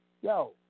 Yo